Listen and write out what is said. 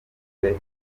projet